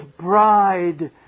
bride